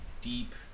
deep